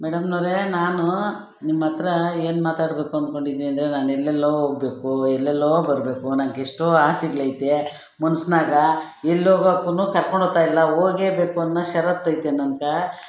ಮೇಡಮ್ನವರೆ ನಾನು ನಿಮ್ಮ ಹತ್ರ ಏನು ಮಾತಾಡಬೇಕು ಅಂದ್ಕೊಂಡಿದ್ದೀನಿ ಅಂದರೆ ನಾನು ಎಲ್ಲೆಲ್ಲೋ ಹೋಗಬೇಕು ಎಲ್ಲೆಲ್ಲೋ ಬರಬೇಕು ನನಗೆಷ್ಟೋ ಆಸೆಗ್ಳಯ್ತೆ ಮನ್ಸ್ನಾಗ ಎಲ್ಲಿ ಹೋಗಕ್ಕೂ ಕರ್ಕೊಂಡೋಗ್ತಾ ಇಲ್ಲ ಹೋಗೆ ಬೇಕು ಅನ್ನೋ ಷರತ್ತು ಐತೆ ನಂಗೆ